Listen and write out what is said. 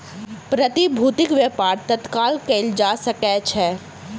प्रतिभूतिक व्यापार तत्काल कएल जा सकै छै